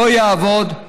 לא יעבדו,